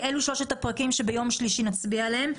אלה שלושת הפרקים שביום שלישי נצביע עליהם.